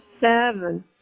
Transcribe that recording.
seven